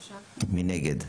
3. מי נגד?